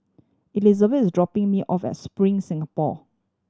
Elisabeth is dropping me off at Spring Singapore